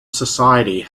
society